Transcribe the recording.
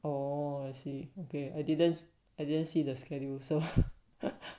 oh I see okay I didn't I didn't see the schedule so